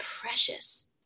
precious